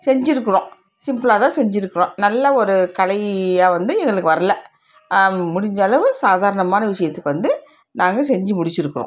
செஞ்சுருக்குறோம் சிம்பிளா தான் செஞ்சுருக்குறோம் நல்ல ஒரு கலை வந்து எங்களுக்கு வரல முடிஞ்ச அளவு சாதாரணமான விஷயத்துக்கு வந்து நாங்கள் செஞ்சு முடித்திருக்கோம்